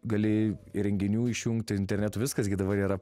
gali įrenginių išjungti internetu viskas gi dabar yra